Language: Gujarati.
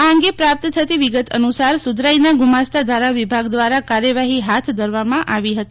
આ અંગે પ્રાપ્ત થતી વિગત અનુસાર સુધરાઈના ગુમાસ્ત ધારા વિભાગ દ્વારા કાર્યવાહી હાથ ધરવામાં આવી હતી